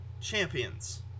Champions